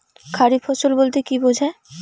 খারিফ ফসল বলতে কী বোঝায়?